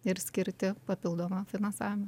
ir skirti papildomą finansavimą